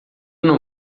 não